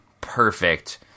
perfect